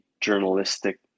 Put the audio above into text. journalistic